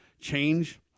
change